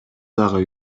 дагы